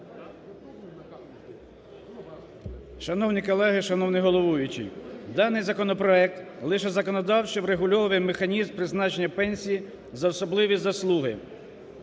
Шановні колеги! Шановний головуючий! Даний законопроект лише законодавчо врегульовує механізм призначення пенсії за особливі заслуги.